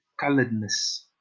coloredness